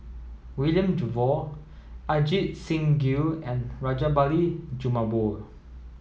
William Jervois Ajit Singh Gill and Rajabali Jumabhoy